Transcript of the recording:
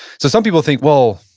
so some people think, well,